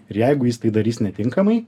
ir jeigu jis tai darys netinkamai